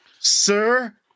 Sir